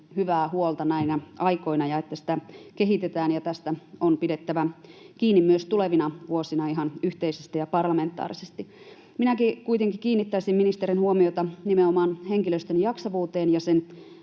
hyvää huolta näinä aikoina ja että sitä kehitetään. Tästä on pidettävä kiinni myös tulevina vuosina ihan yhteisesti ja parlamentaarisesti. Minäkin kuitenkin kiinnittäisin ministerin huomiota nimenomaan henkilöstön jaksavuuteen ja sen